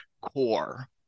core